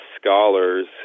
scholars